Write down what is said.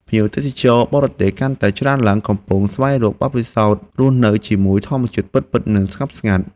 ភ្ញៀវទេសចរបរទេសកាន់តែច្រើនឡើងកំពុងស្វែងរកបទពិសោធន៍រស់នៅជាមួយធម្មជាតិពិតៗ និងភាពស្ងប់ស្ងាត់។